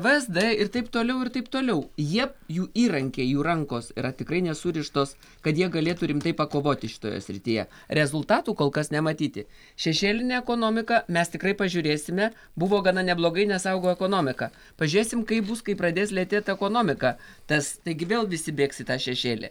vzd ir taip toliau ir taip toliau jie jų įrankiai jų rankos yra tikrai nesurištos kad jie galėtų rimtai pakovoti šitoje srityje rezultatų kol kas nematyti šešėlinė ekonomika mes tikrai pažiūrėsime buvo gana neblogai nes augo ekonomika pažiūrėsim kaip bus kai pradės lėtėt ekonomika tas taigi vėl visi bėgs į tą šešėlį